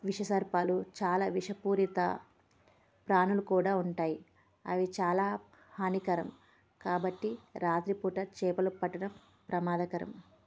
విష సర్పాలు చాలా విషపూరిత ప్రాణులు కూడా ఉంటాయి అవి చాలా హానికరం కాబట్టి రాత్రిపూట చేపలు పట్టడం ప్రమాదకరం